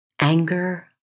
Anger